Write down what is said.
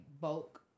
bulk